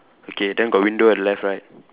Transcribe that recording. okay then got window at the left right